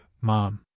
Mom